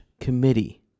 committee